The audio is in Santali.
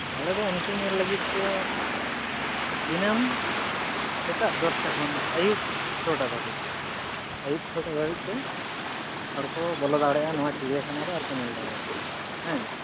ᱟᱞᱮ ᱫᱚ ᱤᱱᱠᱟᱹ ᱧᱮᱞ ᱞᱟᱹᱜᱤᱫᱛᱮ ᱫᱤᱱᱟᱹᱢ ᱥᱮᱛᱟᱜ ᱫᱚᱥᱴᱟ ᱠᱷᱚᱱ ᱟᱹᱭᱩᱵᱽ ᱪᱷᱚᱴᱟ ᱫᱷᱟᱹᱵᱤᱡ ᱟᱹᱭᱩᱵᱽ ᱪᱷᱚᱴᱟ ᱫᱷᱟᱹᱵᱤᱡᱛᱮ ᱦᱚᱲ ᱠᱚ ᱵᱚᱞᱚ ᱫᱟᱲᱮᱭᱟᱜᱼᱟ ᱱᱚᱣᱟ ᱪᱤᱲᱤᱭᱟᱠᱷᱟᱱᱟᱨᱮ ᱟᱨᱠᱚ ᱧᱮᱞ ᱫᱟᱲᱮᱭᱟᱠᱚᱣᱟ ᱦᱮᱸ